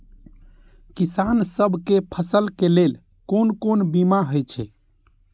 किसान सब के फसल के लेल कोन कोन बीमा हे छे?